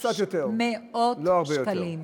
קצת יותר, לא הרבה יותר.